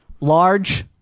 Large